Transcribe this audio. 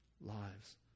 lives